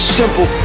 simple